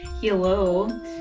Hello